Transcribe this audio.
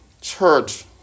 church